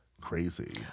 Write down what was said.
crazy